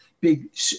big